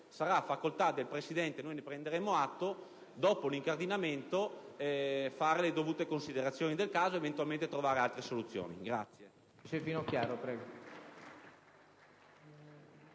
sarà facoltà del Presidente - e noi ne prenderemo atto - svolgere, dopo l'incardinamento, le dovute considerazioni del caso ed eventualmente trovare altre soluzioni.